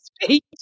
speak